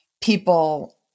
people